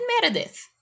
Meredith